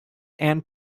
and